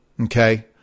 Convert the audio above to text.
Okay